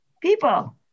People